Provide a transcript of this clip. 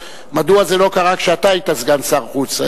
מדוע זה לא קרה כשאתה היית סגן שר החוץ.